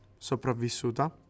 Sopravvissuta